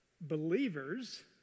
believers